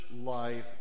life